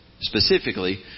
Specifically